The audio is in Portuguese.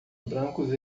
brancos